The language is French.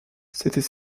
c’était